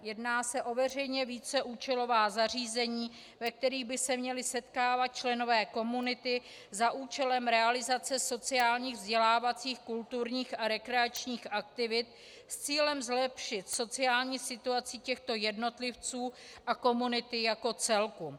Jedná se o veřejná víceúčelová zařízení, ve kterých by se měli setkávat členové komunity za účelem realizace sociálních, vzdělávacích, kulturních a rekreačních aktivit s cílem zlepšit sociální situaci těchto jednotlivců a komunity jako celku.